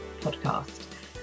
podcast